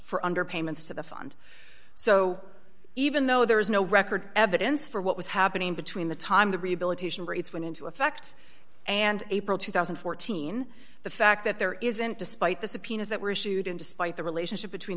for under payments to the fund so even though there is no record evidence for what was happening between the time the rehabilitation rates went into effect and april two thousand and fourteen the fact that there isn't despite the subpoenas that were issued and despite the relationship between